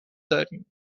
داریم